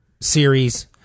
series